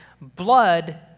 blood